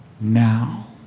now